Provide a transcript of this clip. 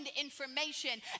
information